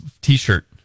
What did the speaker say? t-shirt